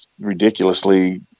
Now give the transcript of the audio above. ridiculously